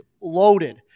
loaded